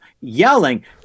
yelling